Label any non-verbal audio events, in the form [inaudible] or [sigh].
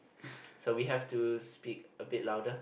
[noise] so we have to speak a bit louder